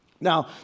Now